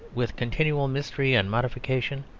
with continual mystery and modification,